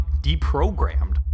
deprogrammed